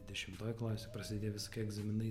dešimtoj klasėj prasidėjo visokie egzaminai